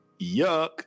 Yuck